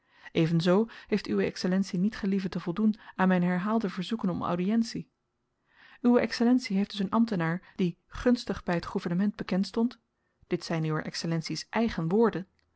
evenzoo heeft uwe excellentie niet gelieven te voldoen aan myn herhaalde verzoeken om audientie uwe exellentie heeft dus een ambtenaar die gunstig by het gouvernement bekend stond dit zyn uwer excellentie's eigen woorden